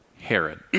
Herod